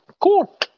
cool